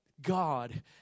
God